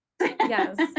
Yes